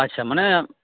আচ্ছা মানে